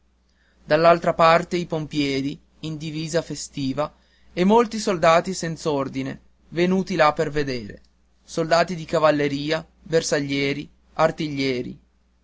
dall'altra parte i pompieri in divisa festiva e molti soldati senz'ordine venuti là per vedere soldati di cavalleria bersaglieri artiglieri